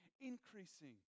increasing